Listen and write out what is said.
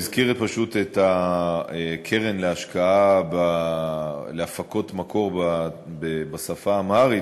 הוא הזכיר פשוט את הקרן להפקות מקור בשפה האמהרית.